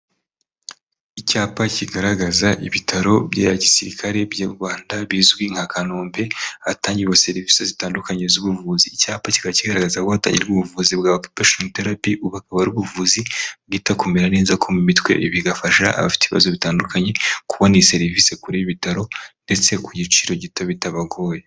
Icyapa kigaragaza ibitaro bya gisirikare by'u Rwanda bizwi nka kanombe. Hatangirwa serivisi zitandukanye z'ubuvuzi, icyapa kikaba kigaragaza ko hatangirwa ubuvuzi bwa okupesheni terapi, ubu akaba ari ubuvuzi bwita kumera neza mu mitwe, bigafasha abafite ibibazo bitandukanye kubona serivisi kuri ibi bitaro, ndetse ku giciro gito bitabagoye.